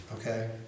Okay